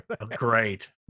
Great